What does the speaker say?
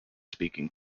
speaking